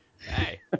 Hey